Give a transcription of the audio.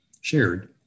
shared